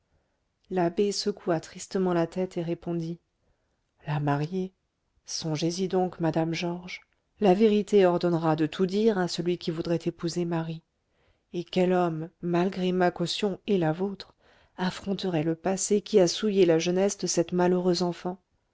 l'abbé secoua tristement la tête et répondit la marier songez-y donc madame georges la vérité ordonnera de tout dire à celui qui voudrait épouser marie et quel homme malgré ma caution et la vôtre affronterait le passé qui a souillé la jeunesse de cette malheureuse enfant